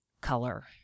color